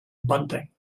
bunting